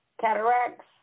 cataracts